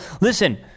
Listen